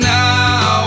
now